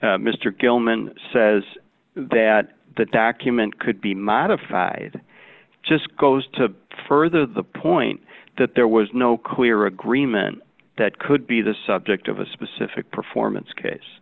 mr gilman says that the document could be modified just goes to further the point that there was no clear agreement that could be the subject of a specific performance case